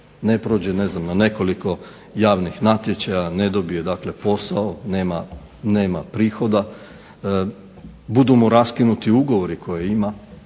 ne prođe na nekoliko javnih natječaja, ne dobije posao, nema prihoda, budu mu raskinuti ugovori koje ima,